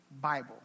Bible